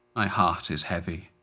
my heart is heavy.